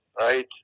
Right